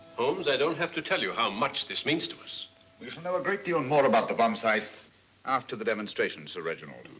holmes, i don't have to tell you how much this means to us. we'll know a great deal and more about the bomb sight after the demonstration, sir reginald.